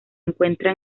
encuentra